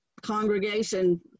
congregation